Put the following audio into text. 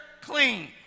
clean